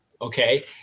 Okay